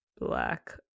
black